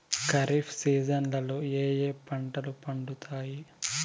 ఖరీఫ్ సీజన్లలో ఏ ఏ పంటలు పండుతాయి